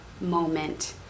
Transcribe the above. moment